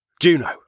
Juno